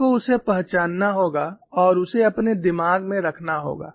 आपको उसे पहचानना होगा और उसे अपने दिमाग में रखना होगा